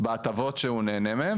ובהטבות שהוא נהנה מהן.